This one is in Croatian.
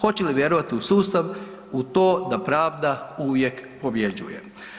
Hoće li vjerovati u sustav u to da pravda uvijek pobjeđuje?